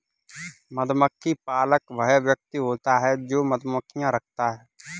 मधुमक्खी पालक वह व्यक्ति होता है जो मधुमक्खियां रखता है